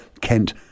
Kent